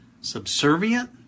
subservient